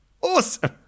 Awesome